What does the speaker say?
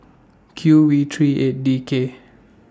Q V three eight D K